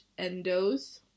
endos